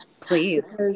Please